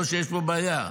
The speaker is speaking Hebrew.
לא שיש פה בעיה.